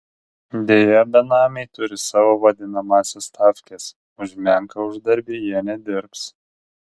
deja benamiai turi savo vadinamąsias stavkes už menką uždarbį jie nedirbs